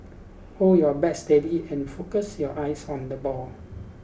hold your bat steady and focus your eyes on the ball